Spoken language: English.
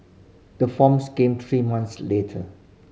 the forms came three months later